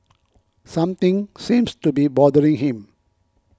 something seems to be bothering him